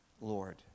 Lord